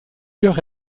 chœur